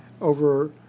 over